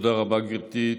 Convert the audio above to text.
תודה רבה, גברתי.